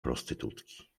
prostytutki